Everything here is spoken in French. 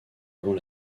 avant